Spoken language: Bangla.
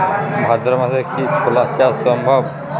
ভাদ্র মাসে কি ছোলা চাষ সম্ভব?